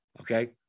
okay